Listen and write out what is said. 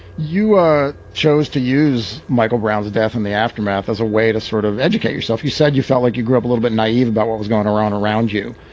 you chose to use michael brown's death in the aftermath as a way to sort of educate yourself. you said you felt like you grew up a little bit naive about what was going around around you.